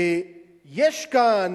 ויש כאן